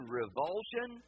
revulsion